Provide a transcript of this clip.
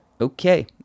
Okay